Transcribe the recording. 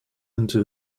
into